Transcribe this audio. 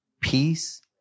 peace